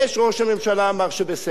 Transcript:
ראש הממשלה אמר שבסדר.